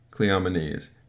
Cleomenes